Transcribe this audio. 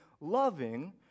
loving